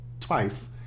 twice